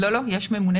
יש ממונה